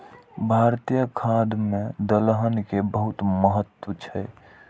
भारतीय खाद्य मे दलहन के बहुत महत्व छै